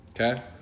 okay